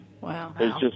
Wow